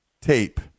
Tape